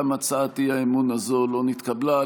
גם הצעת האי-אמון הזאת לא נתקבלה.